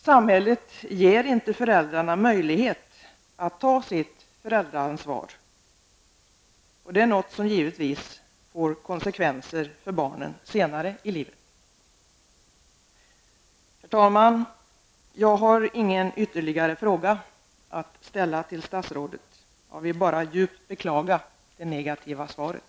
Samhället ger inte föräldrarna möjlighet att ta sitt föräldraansvar, något som givetvis får konsekvenser för barnen senare i livet. Herr talman! Jag har ingen ytterligare fråga till statsrådet. Jag vill bara djupt beklaga det negativa svaret.